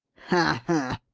ha ha!